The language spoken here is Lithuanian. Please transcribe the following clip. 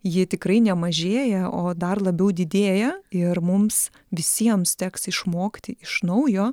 ji tikrai nemažėja o dar labiau didėja ir mums visiems teks išmokti iš naujo